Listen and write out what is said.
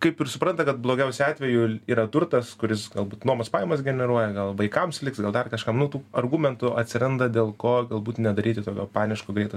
kaip ir supranta kad blogiausiu atveju yra turtas kuris galbūt nuomos pajamas generuoja gal vaikams liks gal dar kažkam nu tų argumentų atsiranda dėl ko galbūt nedaryti tokio paniško greito